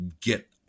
get